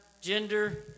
gender